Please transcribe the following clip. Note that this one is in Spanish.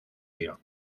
dio